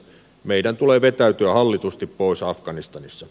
meidän tulee vetäytyä hallitusti pois afganistanista